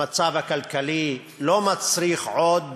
המצב הכלכלי לא מצריך עוד